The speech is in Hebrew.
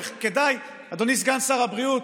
כדאי, אדוני סגן שר הבריאות,